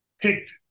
picked